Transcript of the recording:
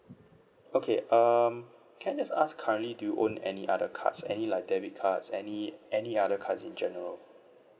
okay um can I just ask currently do you own any other cards any like debit cards any any other cards in general